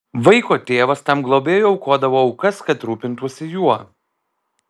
vaiko tėvas tam globėjui aukodavo aukas kad rūpintųsi juo